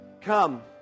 come